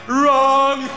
wrong